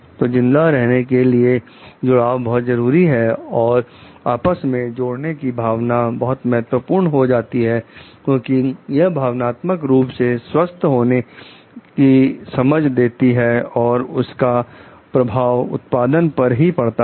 तो जिंदा रहने के लिए जुड़ाव बहुत जरूरी है और आपस में जोड़ने की भावना बहुत महत्वपूर्ण हो जाती है क्योंकि यह भावनात्मक रूप से स्वस्थ होने की समझ देती है और इसका प्रभाव उत्पादन पर भी पड़ता है